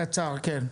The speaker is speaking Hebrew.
קצר, כן.